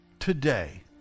today